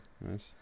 nice